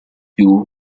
più